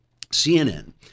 CNN